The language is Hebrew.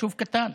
יישוב קטן,